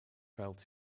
felt